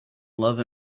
love